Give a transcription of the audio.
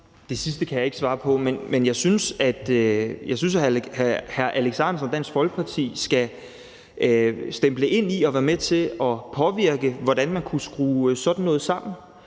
Det sidste kan jeg ikke svare på, men jeg synes, at hr. Alex Ahrendtsen fra Dansk Folkeparti skal stemple ind og være med til at påvirke, hvordan man kunne skrue sådan noget sammen.